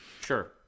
sure